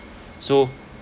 so